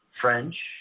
French